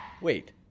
Wait